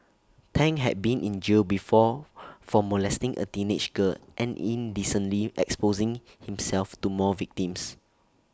Tang had been in jail before for molesting A teenage girl and indecently exposing himself to more victims